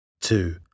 Two